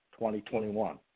2021